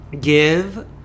Give